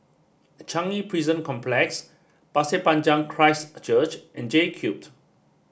Changi Prison Complex Pasir Panjang Christ Church and J Cute